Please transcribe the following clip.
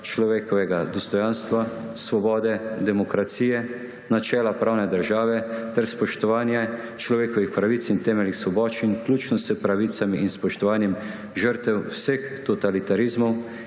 človekovega dostojanstva, svobode, demokracije, načela pravne države ter spoštovanje človekovih pravic in temeljnih svoboščin, vključno s pravicami in spoštovanjem žrtev vseh totalitarizmov